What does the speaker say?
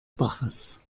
baches